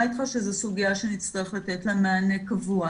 איתך שזו סוגיה שנצטרך לתת לה מענה קבוע.